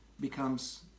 becomes